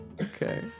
Okay